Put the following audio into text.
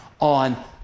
on